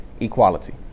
equality